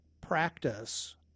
practice